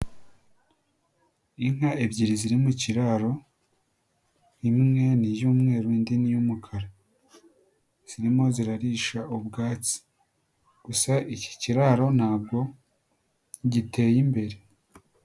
Inka ebyiri ziri mu kiraro, imwe ni iy'umweru indi ni iy'umukara. Zirimo zirarisha ubwatsi gusa iki kiraro ntabwo giteye imbere.